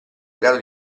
grado